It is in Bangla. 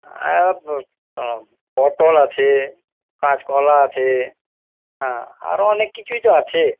হ্যাঁ পটল আছে কাঁচকলা আছে হ্যাঁ আরো অনেক কিছুই তো আছে